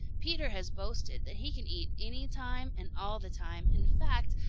peter has boasted that he can eat any time and all the time. in fact,